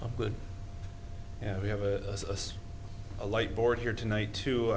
but yeah we have a a light board here tonight too